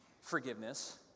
forgiveness